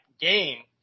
game